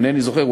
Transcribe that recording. אינני זוכר,